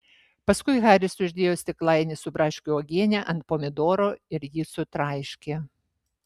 paskui haris uždėjo stiklainį su braškių uogiene ant pomidoro ir jį sutraiškė